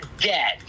dead